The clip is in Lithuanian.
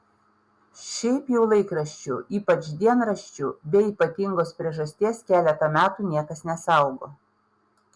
šiaip jau laikraščių ypač dienraščių be ypatingos priežasties keletą metų niekas nesaugo